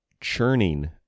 churning